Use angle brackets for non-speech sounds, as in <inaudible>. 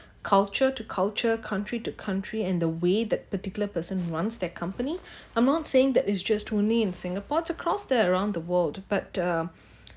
culture to culture country to country and the way that particular person wants that company <breath> I'm not saying that is just only in singapore to cross there around the world but uh